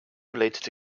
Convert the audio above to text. related